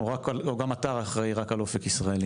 או גם אתה אחראי רק על אופק ישראלי?